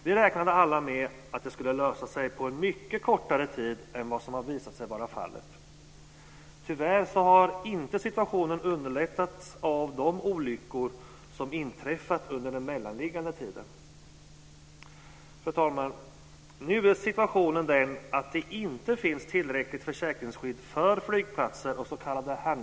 Vi räknade alla med att det skulle lösa sig på mycket kortare tid än vad som har visat sig vara fallet. Tyvärr har inte situationen underlättats av de olyckor som inträffat under den mellanliggande tiden. Fru talman! Nu är situationen den att det inte finns tillräckligt försäkringsskydd för flygplatser och s.k.